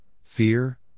fear